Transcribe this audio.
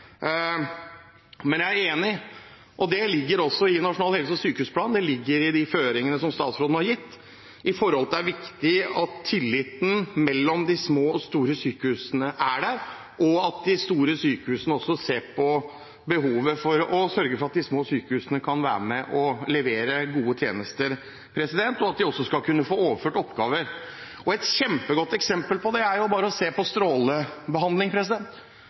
Men jeg er enig i – og det ligger også i Nasjonal helse- og sykehusplan og i de føringene som statsråden har gitt – at det er viktig at tilliten mellom de små og store sykehusene er der, og at de store sykehusene også ser behovet for å sørge for at de små sykehusene kan være med og levere gode tjenester, og at de også skal kunne få overført oppgaver. Et kjempegodt eksempel på det er strålebehandling.